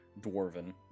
dwarven